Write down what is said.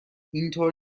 اینطور